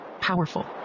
Powerful